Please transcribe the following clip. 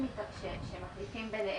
שמחליפים ביניהם,